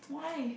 why